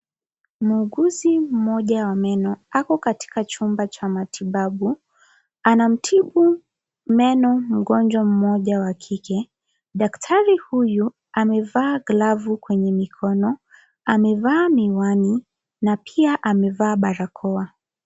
Muuguzi mmoja wa meno, ako katika chumba cha matibabu. Anamtibu meno mgonjwa wa kike. Daktari huyu, amevaa glovu kwenye mikono. Amevaa miwani na pia amevaa barakoa.